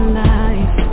life